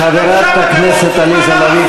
חברת הכנסת עליזה לביא,